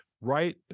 right